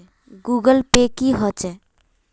Google pay की होचे?